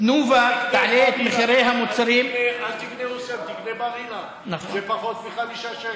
אל תקנה אסם, תקנה מרינה, זה פחות מחמישה שקלים.